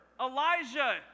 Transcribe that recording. Elijah